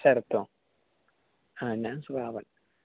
ശരത്തോ ആ ഞാൻ ശ്രാവൺ